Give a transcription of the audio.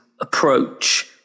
approach